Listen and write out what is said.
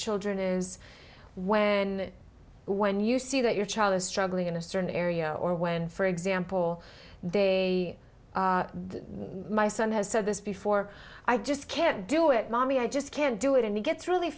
children is when when you see that your child is struggling in a certain area or when for example they my son has said this before i just can't do it mommy i just can't do it and he gets really